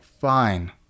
fine